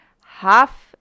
half